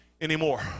anymore